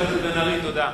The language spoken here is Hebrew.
חבר הכנסת בן-ארי, תודה.